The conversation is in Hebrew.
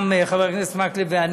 גם על ידי חבר הכנסת מקלב ואני,